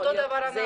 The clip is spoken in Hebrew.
אותו דבר גם אנחנו.